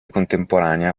contemporanea